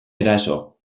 eraso